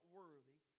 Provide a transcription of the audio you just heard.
worthy